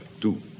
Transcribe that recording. two